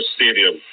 Stadium